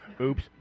oops